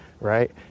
right